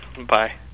Bye